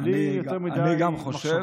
בלי יותר מדי מחשבות.